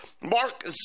Mark